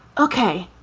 ok